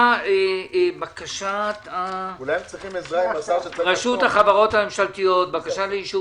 בקשת רשות החברות הממשלתיות בקשה לאישור